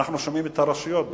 אנחנו שומעים את הרשויות במקביל.